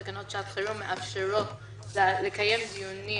תקנות שעת חירום מאפשרות לקיים דיונים